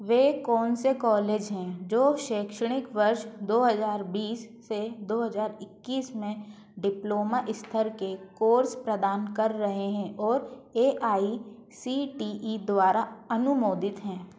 वे कौन से कॉलेज हैं जो शैक्षणिक वर्ष दो हज़ार बीस से दो हज़ार इक्कीस में डिप्लोमा स्तर के कोर्स प्रदान कर रहे हैं और A I C T E द्वारा अनुमोदित हैं